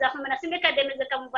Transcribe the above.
אז אנחנו מנסים לקדם את זה כמובן.